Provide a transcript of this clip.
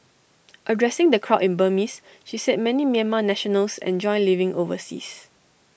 addressing the crowd in Burmese she said many Myanmar nationals enjoy living overseas